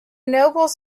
nobles